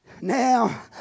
Now